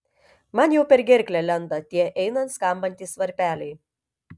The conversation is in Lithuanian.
man jau per gerklę lenda tie einant skambantys varpeliai